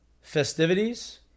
festivities